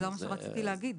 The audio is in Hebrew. זה מה שרציתי להגיד.